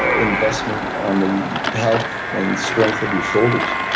investment on the health and strength of your shoulders.